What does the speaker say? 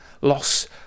loss